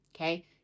Okay